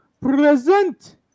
present